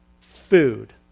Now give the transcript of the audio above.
food